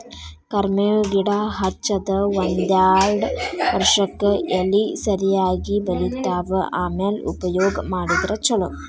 ಕರ್ಮೇವ್ ಗಿಡಾ ಹಚ್ಚದ ಒಂದ್ಯಾರ್ಡ್ ವರ್ಷಕ್ಕೆ ಎಲಿ ಸರಿಯಾಗಿ ಬಲಿತಾವ ಆಮ್ಯಾಲ ಉಪಯೋಗ ಮಾಡಿದ್ರ ಛಲೋ